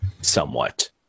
somewhat